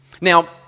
Now